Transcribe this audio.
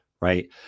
right